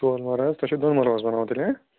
ژور مَلٕرٕ حظ تۄہہِ چھُو دۄن مَلرَن منٛز بناوُن تیٚلہِ ہہ